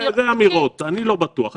זה אמירות, אני לא בטוח.